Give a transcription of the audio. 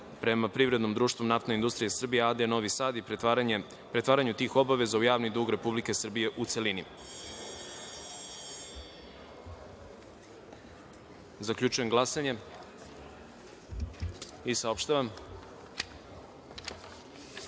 prema privrednom društvu „Naftna industrija Srbije“ a.d. Novi Sad i pretvaranju tih obaveza u javni dug Republike Srbije, u